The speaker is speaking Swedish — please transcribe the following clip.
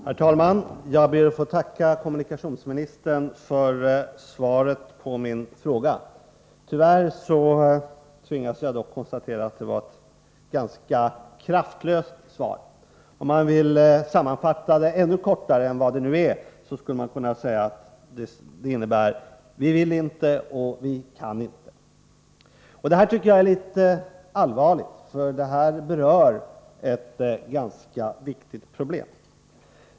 Herr talman! Jag ber att få tacka kommunikationsministern för svaret på min fråga. Tyvärr tvingas jag dock konstatera att det var ett ganska kraftlöst svar. Om man vill sammanfatta det ännu kortare än det är, kan man säga: Vi vill inte och vi kan inte. Detta tycker jag är litet allvarligt, för min fråga berör ett ganska viktigt problem.